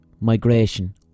migration